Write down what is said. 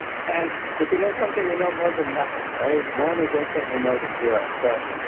and if we know something, we know more than nothing right? one is infinitely more than zero. so,